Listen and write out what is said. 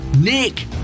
Nick